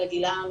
ל'גילעם',